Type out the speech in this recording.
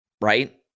right